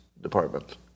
department